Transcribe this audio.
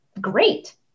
great